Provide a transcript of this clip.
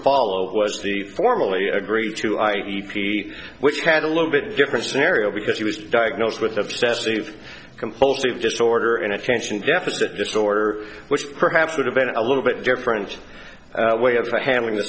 follow was the formally agreed to i e p which had a little bit different scenario because he was diagnosed with obsessive compulsive disorder and attention deficit disorder which perhaps would have been a little bit different way of handling the